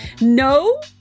No